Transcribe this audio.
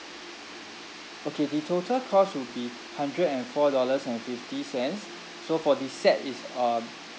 okay the total cost will be hundred and four dollars and fifty cents so for the set is um